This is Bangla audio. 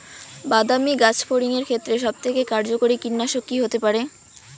বাদামী গাছফড়িঙের ক্ষেত্রে সবথেকে কার্যকরী কীটনাশক কি হতে পারে?